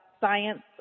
science